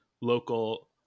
local